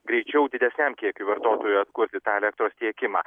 greičiau didesniam kiekiui vartotojų atkurti tą elektros tiekimą